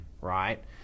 Right